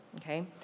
okay